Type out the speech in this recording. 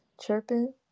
chirping